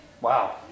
Wow